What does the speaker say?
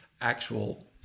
actual